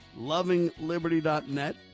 LovingLiberty.net